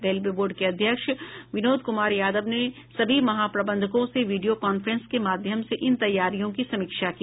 railway board के अध्यक्ष विनोद कुमार यादव ने सभी महाप्रबंधकों से वीडियो कांफ्रेंस के माध्यम से इन तैयारियों की समीक्षा की